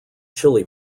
chili